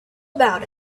about